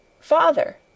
Father